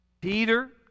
Peter